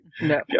No